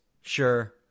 Sure